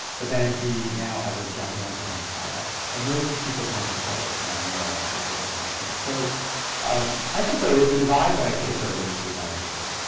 but then he now has a gigantic empire and those people tend to start to care more, because they have bigger investments. so um i think there is a divide, but i think it's sort of industry by industry.